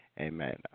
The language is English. Amen